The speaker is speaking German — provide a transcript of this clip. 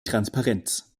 transparenz